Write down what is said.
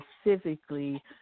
specifically